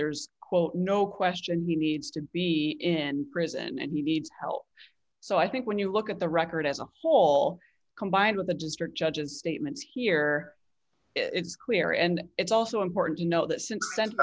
there's quote no question he needs to be in prison and he needs help so i think when you look at the record as a whole combined with the district judges statements here it's clear and it's also important to know that